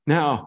Now